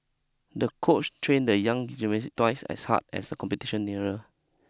the coach trained the young gymnast twice as hard as the competition nearer